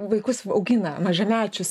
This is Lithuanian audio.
vaikus augina mažamečius